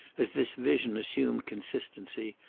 as this vision assumed consistency,